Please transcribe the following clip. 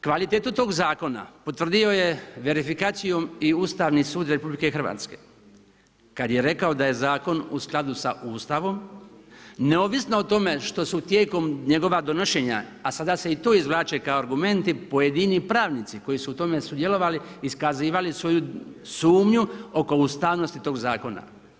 Kvalitetu tog zakona potvrdio je verifikacijom i Ustavni sud RH kad je rekao da je zakon u skladu sa Ustavom neovisno o tome što su tijekom njegova donošenja a sada se i to izvlače kao argumenti, pojedini pravnici koji su u tome sudjelovali, iskazivali svoju sumnju oko ustavnosti toga zakona.